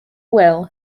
will